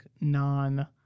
non